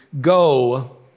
Go